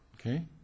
Okay